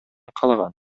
калган